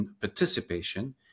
participation